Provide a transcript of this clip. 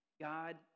God